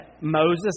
Moses